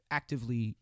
actively